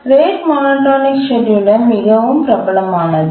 rate monotonic scheduler மிகவும் பிரபலமானது